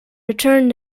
returned